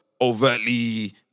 overtly